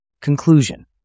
Conclusion